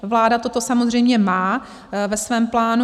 Vláda toto samozřejmě má ve svém plánu.